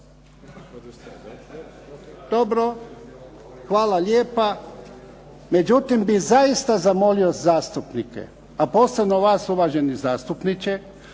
Dobro, hvala lijepa. Međutim bih zaista zamolio zastupnike, a posebno vas uvaženi zastupniče,